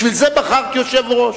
בשביל זה בחרת יושב-ראש.